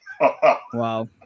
Wow